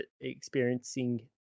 experiencing